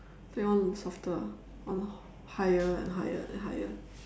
they want softer ah ya lor higher and higher and higher